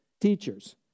teachers